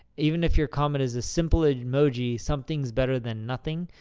even if your comment is as simple as emojis, something's better than nothing.